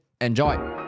Enjoy